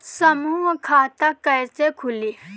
समूह खाता कैसे खुली?